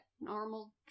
normal